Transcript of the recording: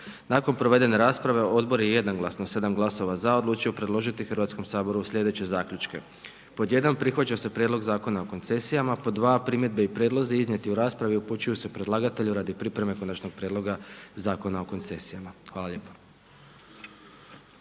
Nakon provedene rasprave odbor je jednoglasno sedam glasova za odlučio predložiti Hrvatskom saboru sljedeće zaključke, pod 1. Prihvaća se Prijedlog zakona o koncesijama, pod 2. Primjedbe i prijedlozi iznijeti u raspravi upućuju se predlagatelju radi pripreme konačnog prijedloga zakona o koncesijama. Hvala lijepa.